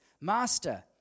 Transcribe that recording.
Master